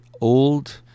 old